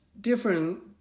different